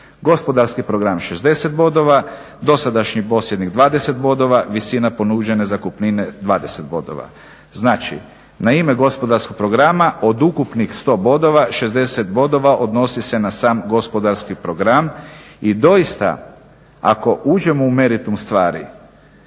Gospodarski program 60 bodova, dosadašnji posjednik 20 bodova, visina ponuđene zakupnine 20 bodova. Znači, na ime gospodarskog programa od ukupnih 100 bodova 60 bodova odnosi se na sam gospodarski program i doista ako uđemo u meritum stvar